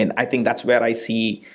and i think that's where i see,